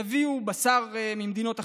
יביאו בשר ממדינות אחרות.